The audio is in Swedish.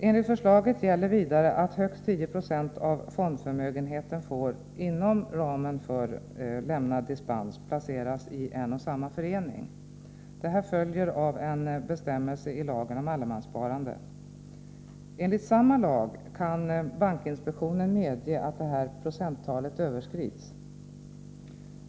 Enligt regeringens förslag gäller vidare att högst 10 90 av fondförmögenheten får, inom ramen för lämnad dispens, placeras i en och samma förening. Detta följer av en bestämmelse i lagen om allemanssparande. Enligt samma lag kan emellertid bankinspektionen medge att detta procenttal överskrids.